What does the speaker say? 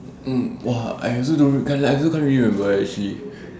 mm !wah! I also don't I also can't really remember actually